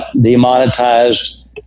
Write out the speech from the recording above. demonetized